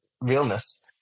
realness